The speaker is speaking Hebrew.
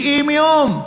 90 יום.